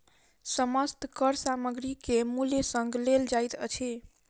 समस्त कर सामग्री के मूल्य संग लेल जाइत अछि